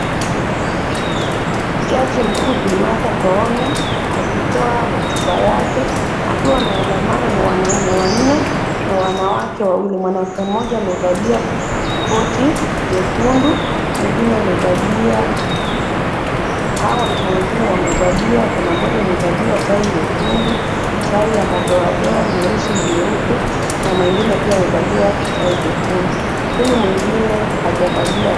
Jaji mkuu Bi Martha Koome akitoa hotuba yake, akiwa ameandamana na wanaume wanne na wanawake wawili ,mwanamke mmoja amevalia koti jekundu ,hao wanaume wengine wamevalia kuna mmoja amevalia tai nyekundu ,tai ya madoadoa meusi na meupe, na mwingine amevalia tai nyekundu ,huyu mwingine hajavalia.